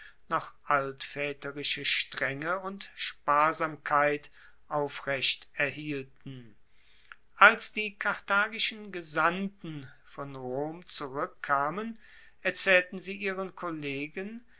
noch altvaeterische strenge und sparsamkeit aufrecht erhielten als die karthagischen gesandten von rom zurueckkamen erzaehlten sie ihren kollegen